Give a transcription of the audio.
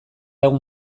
egun